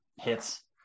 hits